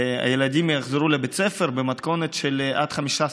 שהילדים יחזרו לבית הספר במתכונת של עד 15 ילדים.